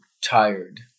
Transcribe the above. tired